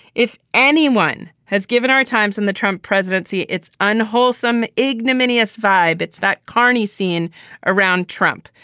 if anyone has given our times and the trump presidency, it's unwholesome, ignominious vibe. it's that carani scene around trump,